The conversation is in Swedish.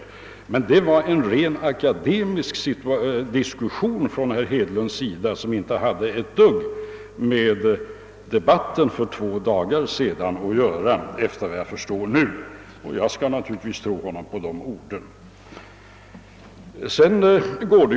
Men nu förstår jag att det var en rent akademisk problemställning och en situation som inte hade ett dugg med debatten för två dagar sedan att göra, och jag skall naturligtvis tro herr Hedlund på hans ord.